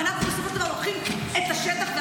ואנחנו בסופו של דבר לוקחים את השטח.